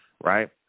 Right